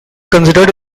considered